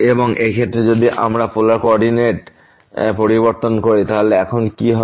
এবং এই ক্ষেত্রে যদি আমরা এই পোলার কোঅর্ডিনেটে কোঅর্ডিনেট পরিবর্তন করি তাহলে এখন কি হবে